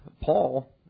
Paul